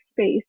space